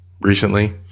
recently